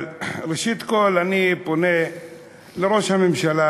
אבל ראשית כול אני פונה לראש הממשלה,